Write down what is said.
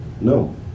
No